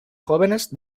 jóvenes